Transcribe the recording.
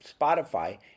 Spotify